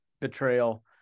betrayal